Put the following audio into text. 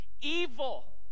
evil